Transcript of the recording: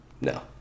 No